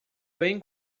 bem